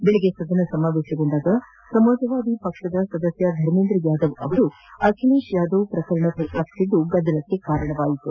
ಬೆಳಗ್ಗೆ ಸದನ ಸಮಾವೇಶಗೊಂಡಾಗ ಸಮಾಜವಾದಿ ಪಕ್ಷದ ಸದಸ್ಯ ಧರ್ಮೇಂದ್ರ ಯಾದವ್ ಅವರು ಅಖಿಲೇಶ್ ಯಾದವ್ ಪ್ರಕರಣ ಪ್ರಸ್ತಾಪಿಸಿದ್ದು ಗದ್ದಲಕ್ಕೆ ಕಾರಣವಾಯಿತು